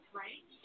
right